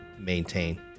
maintain